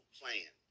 plan